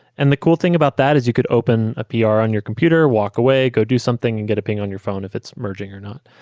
and the cool thing about that is you could open a pr on your computer, walk away, go do something and get a ping on your phone if it's merging or not,